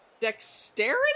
dexterity